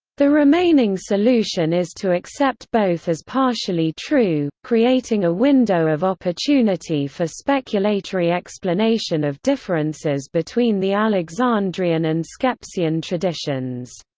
the remaining solution is to accept both as partially true, creating a window of opportunity for speculatory explanation of differences between the alexandrian and skepsian traditions.